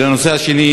והנושא השני,